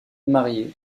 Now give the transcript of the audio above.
marié